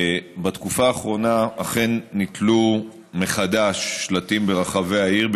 בתקופה האחרונה אכן נתלו שלטים ברחבי העיר,